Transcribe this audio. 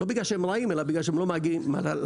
לא בגלל שהם רעים, אלא בגלל שהם לא מגיעים לסף.